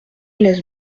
lès